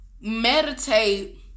meditate